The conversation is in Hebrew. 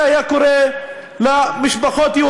דמייני לעצמך שדבר כזה היה קורה למשפחות יהודיות.